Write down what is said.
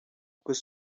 кыз